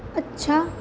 ਅੱਛਾ